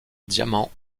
diamants